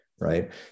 right